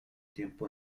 tiempo